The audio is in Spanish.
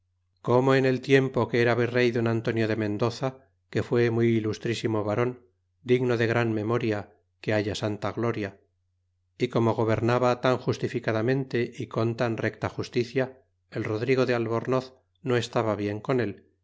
como en el tiempo que era virrey don antonio de mendoza que fué muy ilustrísimo varon digno de gran memoria que haya santa gloria y como gobernaba tan justificadamente y con tan recta justicia el rodrigo de albornoz no estaba bien con él